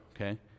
okay